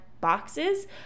boxes